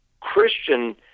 Christian